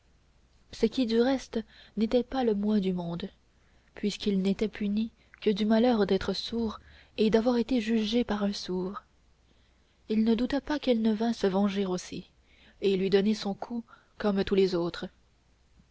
ce qui du reste n'était pas le moins du monde puisqu'il n'était puni que du malheur d'être sourd et d'avoir été jugé par un sourd il ne douta pas qu'elle ne vînt se venger aussi et lui donner son coup comme tous les autres